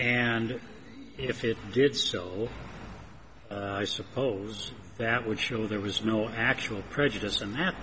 and if it did so i suppose that would show there was no actual prejudice and that